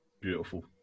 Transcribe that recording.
beautiful